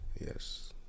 yes